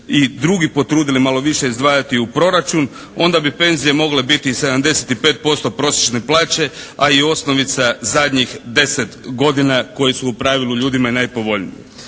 i drugi potrudili malo više izdvajati u proračun, onda bi penzije mogle biti 75% prosječne plaće, a i osnovica zadnjih 10 godina koje su u pravilu ljudima najpovoljnije.